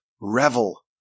revel